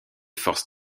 forces